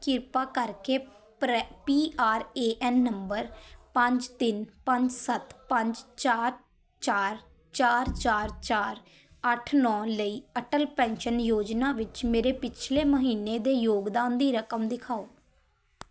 ਕਿਰਪਾ ਕਰਕੇ ਪਰੈ P R A N number ਪੰਜ ਤਿੰਨ ਪੰਜ ਸੱਤ ਪੰਜ ਚਾਰ ਚਾਰ ਚਾਰ ਚਾਰ ਚਾਰ ਅੱਠ ਨੌ ਲਈ ਅਟਲ ਪੈਨਸ਼ਨ ਯੋਜਨਾ ਵਿੱਚ ਮੇਰੇ ਪਿਛਲੇ ਮਹੀਨੇ ਦੇ ਯੋਗਦਾਨ ਦੀ ਰਕਮ ਦਿਖਾਓ